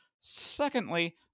secondly